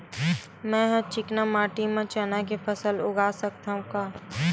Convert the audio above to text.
मै ह चिकना माटी म चना के फसल उगा सकथव का?